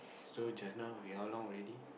so just now we how long already